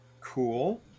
Cool